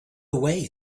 way